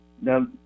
Now